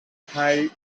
high